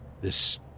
This